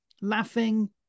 laughing